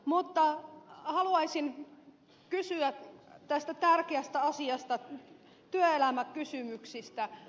mutta haluaisin kysyä tästä tärkeästä asiasta työelämäkysymyksestä